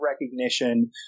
recognition